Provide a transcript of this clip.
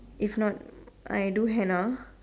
if not I do Henna